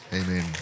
Amen